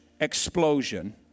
explosion